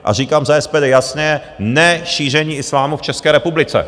A říkám za SPD jasně, ne šíření islámu v České republice.